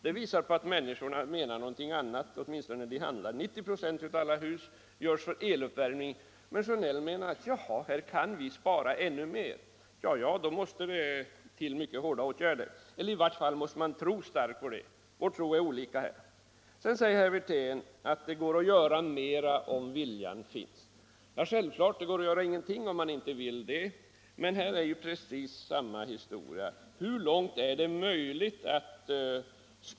Det visar att människorna menar någonting annat, åtminstone när de handlar. 90 96 av alla hus görs för eluppvärmning. Men herr Sjönell menar att här kan vi spara ännu mer. Då måste det till mycket hårda åtgärder. I varje fall måste man tro starkt på detta, och vår tro är olika här. Herr Wirtén säger att det går att göra mer om viljan finns. Ja, självfallet, det går att göra ingenting om man vill det. Men här är det ju precis samma historia.